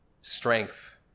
strength